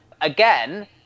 Again